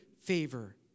favor